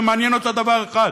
ומעניין אותה דבר אחד: